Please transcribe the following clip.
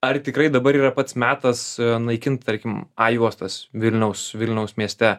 ar tikrai dabar yra pats metas naikint tarkim a juostas vilniaus vilniaus mieste